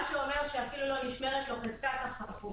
מה שאומר שאפילו לא נשמרת לו חזקת החפות.